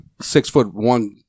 six-foot-one